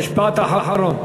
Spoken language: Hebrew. משפט אחרון.